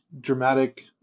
dramatic